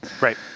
Right